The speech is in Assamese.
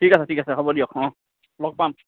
ঠিক আছে ঠিক আছে হ'ব দিয়ক অঁ লগ পাম